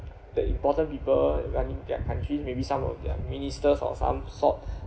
the important people running their country maybe some of their ministers of some sort